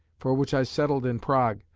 for which i settled in prague,